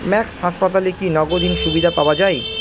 max হাসপাতালে কি নগদহীন সুবিধা পাওয়া যায়